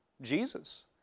Jesus